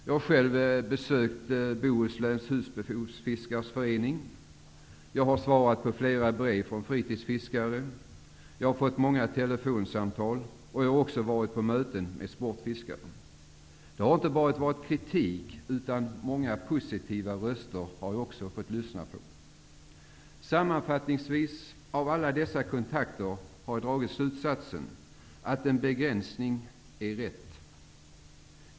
Jag har själv besökt Bohusläns husbehovsfiskares förening, jag har svarat på flera brev från fritidsfiskare, jag har fått många telefonsamtal, och jag har också varit på möten med sportfiskare. Det har inte bara varit kritik, utan jag har också fått lyssna till många positiva röster. Av alla dessa kontakter har jag sammanfattningsvis dragit slutsatsen att en begränsning är rätt.